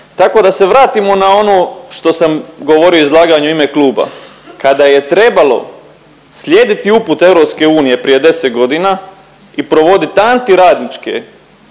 Tako da se vratimo na ono što sam govorimo u izlaganju u ime kluba. Kada je trebalo slijediti upute EU prije 10 godina i provoditi antiradničke